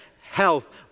health